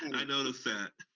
and i noticed that.